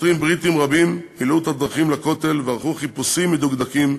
שוטרים בריטים רבים מילאו את הדרכים לכותל וערכו חיפושים מדוקדקים